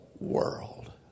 world